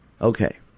Okay